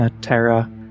Terra